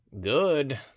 Good